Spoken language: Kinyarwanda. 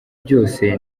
byose